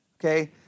okay